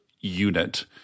unit